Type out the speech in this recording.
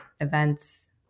events